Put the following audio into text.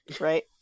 Right